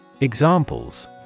Examples